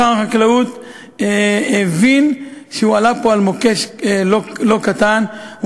שר החקלאות הבין שהוא הלך פה על מוקש לא קטן,